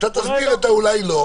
אתה תסביר את העניין של "אולי לא".